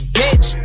bitch